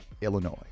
illinois